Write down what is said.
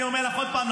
אני אומר לך עוד פעם,